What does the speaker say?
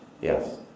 Yes